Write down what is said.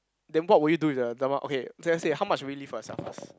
then what would you do with the the amount okay let's say how much will you leave for yourself first